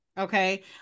okay